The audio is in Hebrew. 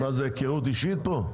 זאת היכרות אישית פה?